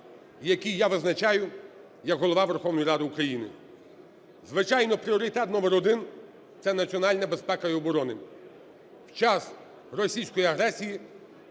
які я визначаю як Голова Верховної Ради України. Звичайно, пріоритет номер один – це національна безпека і оборона, в час російської агресії